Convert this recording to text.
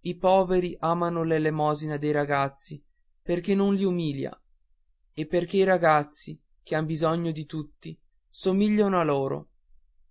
i poveri amano l'elemosina dei ragazzi perché non li umilia e perché i ragazzi che han bisogno di tutti somigliano a loro